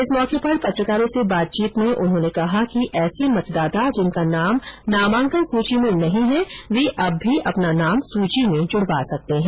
इस मौके पर पत्रकारों से बातचीत में उन्होंने कहा कि ऐसे मतदाता जिनका नाम नामांकन सूची में नहीं है वे अब भी अपना नाम सूची में जुडवा सकते हैं